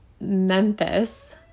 memphis